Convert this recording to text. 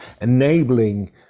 enabling